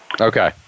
Okay